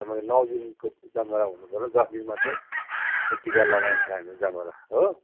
त्यहाँबाट नौ दिनको जमरा हुनु पऱ्यो दस दिनमा चाहिँ टिका लगाइन्छ हामीले जमरा हो